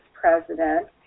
president